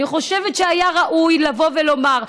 אני חושבת שהיה ראוי לבוא ולומר: